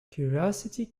curiosity